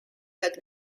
had